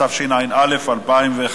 התשע"א 2011,